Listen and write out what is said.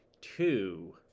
Two